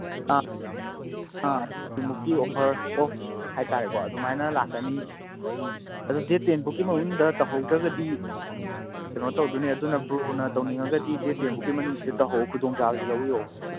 ꯑꯥ ꯑꯥ offer ꯑꯣꯐ ꯍꯥꯏꯕ ꯇꯥꯔꯦꯀꯣ ꯑꯗꯨꯃꯥꯏꯅ ꯂꯥꯛꯀꯅꯤ ꯑꯗꯨ ꯗꯦꯠ ꯇꯦꯟ ꯐꯥꯎꯕꯒꯤ ꯃꯅꯨꯡꯗ ꯇꯧꯍꯧꯗ꯭ꯔꯒꯗꯤ ꯀꯩꯅꯣ ꯇꯧꯒꯗꯣꯏꯅꯦ ꯑꯗꯨꯅ ꯕ꯭ꯔꯣꯅ ꯇꯧꯅꯤꯡꯉꯒꯗꯤ ꯗꯦꯠ ꯇꯦꯟ ꯐꯥꯎꯕꯒꯤ ꯃꯅꯨꯡꯁꯤꯗ ꯇꯧꯍꯧ ꯈꯨꯗꯣꯡꯆꯥꯕꯁꯤ ꯂꯧꯕꯤꯍꯧ